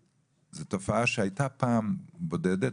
זה תופעה שהיתה פעם בודדת,